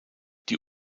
die